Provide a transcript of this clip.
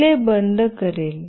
relay बंद करेल